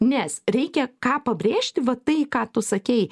nes reikia ką pabrėžti va tai ką tu sakei